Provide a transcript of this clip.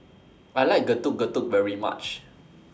I like Getuk Getuk very much